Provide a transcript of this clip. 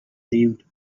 lived